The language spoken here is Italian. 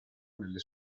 nelle